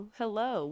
hello